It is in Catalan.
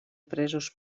presos